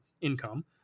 income